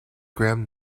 gram